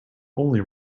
only